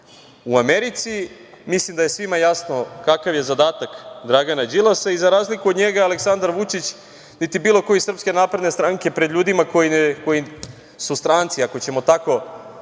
u Americi. Mislim da je svima jasno kakav je zadatak Dragana Đilasa. Za razliku od njega Aleksandar Vučić niti bilo ko iz Srpske napredne stranke pred ljudima koji su stranci, ako ćemo tako